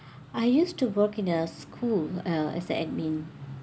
I used to work in a school uh as an admin